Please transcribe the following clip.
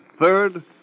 Third